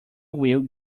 wheel